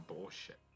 bullshit